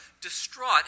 distraught